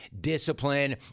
discipline